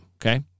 okay